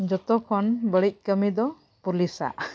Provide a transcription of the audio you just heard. ᱡᱚᱛᱚ ᱠᱷᱚᱱ ᱵᱟᱹᱲᱤᱡ ᱠᱟᱹᱢᱤ ᱫᱚ ᱯᱩᱞᱤᱥᱟᱜ